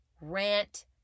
Rant